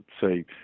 say